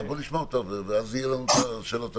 בוא נשמע אותה ואז יהיה לנו את השאלות,